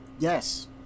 Yes